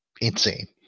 insane